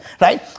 right